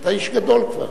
אתה איש גדול כבר.